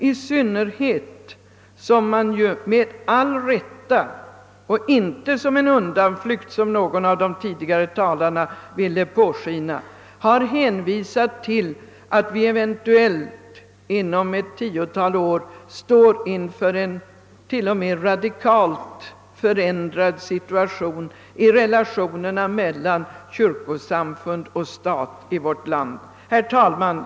Utskottet har vidare — med all rätt och inte som en undanflykt, som någon av de tidigare talarna ville låta påskina — hänvisat till att vi eventuellt inom ett tiotal år står inför en radikalt förändrad situation i relationerna mellan kyrkosamfund och stat i vårt land. Herr talman!